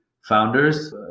founders